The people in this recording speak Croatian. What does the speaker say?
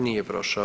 Nije prošao.